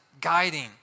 guiding